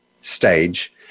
stage